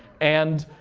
and